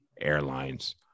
airlines